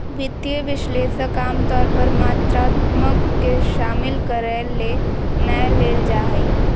वित्तीय विश्लेषक आमतौर पर मात्रात्मक के शामिल करय ले नै लेल जा हइ